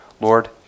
Lord